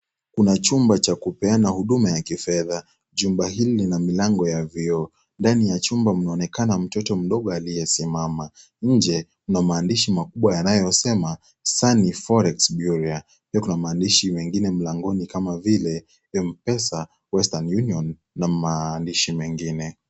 Kuna chumba cha kupeana huduma ya kifedha chumba hili lina milango ya vioo ndani ya chumba mnaonekana mtoto mdogo aliyesimama nje mna maandishi makubwa yanayosema Sunny Forex Bureau pia kuna maandishi mengine mlangoni kama vile Mpesa Western Union na maandishi mengine.